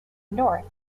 north